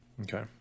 Okay